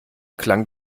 klang